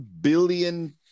billion